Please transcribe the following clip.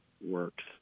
works